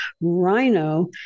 rhino